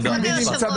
לא, זה רק מילים יפות.